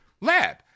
lab